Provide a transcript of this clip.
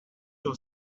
will